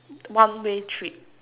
one way trip